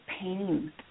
pain